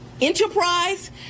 enterprise